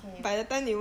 k